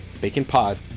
BACONPOD